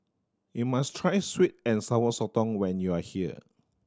you must try sweet and Sour Sotong when you are here